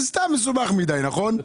זה סתם מסובך מדי, נכון?